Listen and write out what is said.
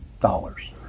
dollars